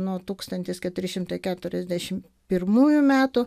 nuo tūkstantis keturi šimtai keturiasdešimt pirmųjų metų